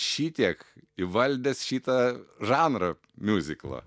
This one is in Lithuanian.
šitiek įvaldęs šitą žanrą miuziklą